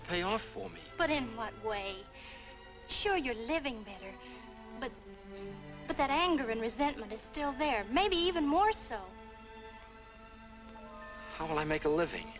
to pay off for me but in what way sure you're living better but that anger and resentment is still there maybe even more so how will i make a living